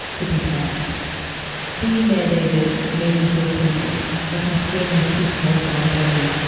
to prepare being there. david made me feel tingly, like my skin was too small for my body,